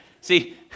See